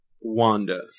Wanda